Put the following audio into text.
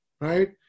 right